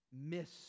miss